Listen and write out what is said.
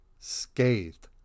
scathed